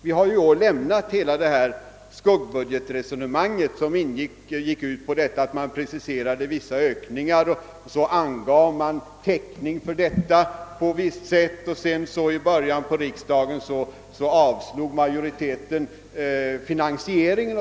Vi har ju i år lämnat hela det skuggbudgetresonemang som gick ut på att oppositionen preciserade vissa ökningar och angav hur dessa skulle täckas, varefter riksdagsmajoriteten under början av vårsessionen avslog finansieringsförslagen.